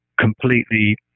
completely